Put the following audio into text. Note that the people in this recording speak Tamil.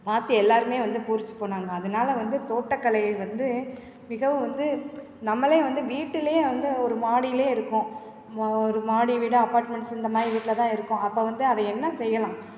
பார்த்து எல்லோருமே வந்து பூரித்து போனாங்க அதனால வந்து தோட்டக்கலை வந்து மிகவும் வந்து நம்மளே வந்து வீட்டிலயே வந்து ஒரு மாடியில் இருக்கோம் நம்ம ஒரு மாடி வீடு அப்பார்ட்மெண்ட்ஸு இந்த மாதிரி வீட்டில் தான் இருக்கும் அப்போ வந்து அதை என்ன செய்யலாம்